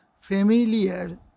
familiar